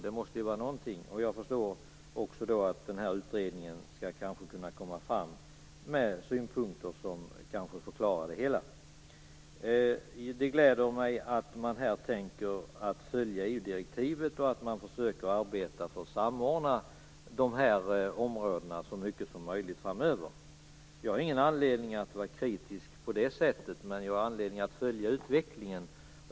Det måste vara någonting. Jag förstår att den här utredningen kanske kan komma med synpunkter som förklarar det hela. Det gläder mig att man tänker följa EU-direktivet och att man försöker arbeta för att samordna dessa områden så mycket som möjligt framöver. Jag har ingen anledning att vara kritisk i det avseendet, men jag har anledning att följa utvecklingen.